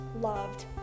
loved